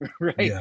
right